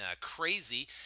crazy